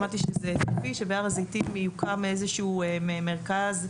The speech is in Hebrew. אתמול שבהר הזיתים יוקם איזה שהוא מרכז,